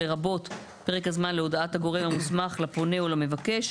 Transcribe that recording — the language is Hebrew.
לרבות פרק הזמן להודעת הגורם המוסמך לפונה או למבקש,